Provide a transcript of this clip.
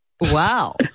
wow